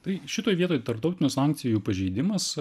tai šitoj vietoj tarptautinių sankcijų pažeidimas